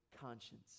conscience